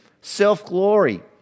self-glory